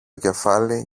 κεφάλι